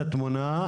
לתת,